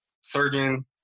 Surgeon